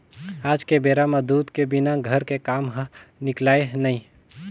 आज के बेरा म दूद के बिना घर के काम ह निकलय नइ